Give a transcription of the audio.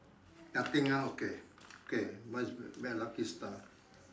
nothing ah okay okay my is bet on lucky star